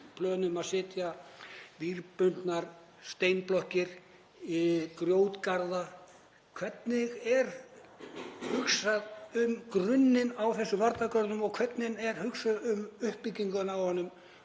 plön um að setja vírbundnar steinblokkir, grjótgarða? Hvernig er hugsað um grunninn á þessum varnargörðum og hvernig er hugsað um uppbyggingu á þeim